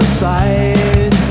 side